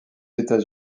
états